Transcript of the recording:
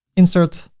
insert,